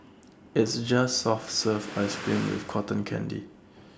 it's just soft serve Ice Cream with Cotton Candy